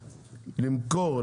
למכור,